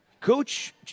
Coach